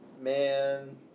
Man